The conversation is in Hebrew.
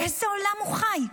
באיזה עולם הוא חי?